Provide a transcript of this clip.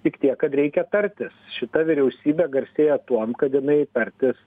tik tiek kad reikia tartis šita vyriausybė garsėja tuom kad jinai tartis